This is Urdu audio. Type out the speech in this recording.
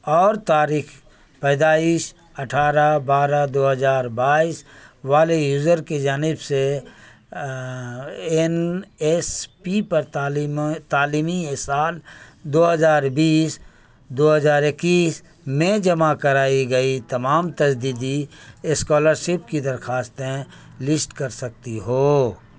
اور تاریخ پیدائش اٹھارہ بارہ دو ہزار بائیس والے یوزر کی جانب سے این ایس پی پر تعلیمی سال دو ہزار بیس دو ہزار اکیس میں جمع کرائی گئی تمام تجدیدی اسکالرشپ کی درخواستیں لسٹ کر سکتی ہو